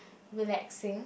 relaxing